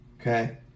Okay